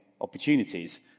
opportunities